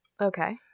Okay